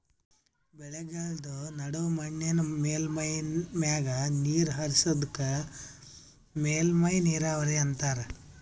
ಬೆಳೆಗಳ್ಮ ನಡು ಮಣ್ಣಿನ್ ಮೇಲ್ಮೈ ಮ್ಯಾಗ ನೀರ್ ಹರಿಸದಕ್ಕ ಮೇಲ್ಮೈ ನೀರಾವರಿ ಅಂತಾರಾ